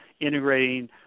integrating